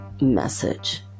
message